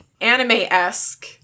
anime-esque